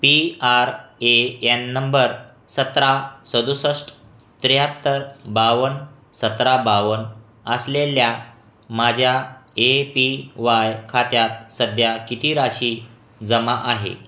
P R A N number सतरा सदुसष्ट त्र्याहत्तर बावन्न सतरा बावन्न असलेल्या माझ्या ए पी वाय खात्यात सध्या किती राशी जमा आहे